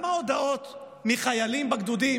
כמה הודעות מחיילים בגדודים?